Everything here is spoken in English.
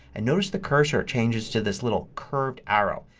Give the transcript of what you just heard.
and notice the cursor changes to this little curved arrow.